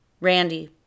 Randy